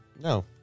No